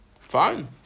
Fine